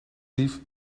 dief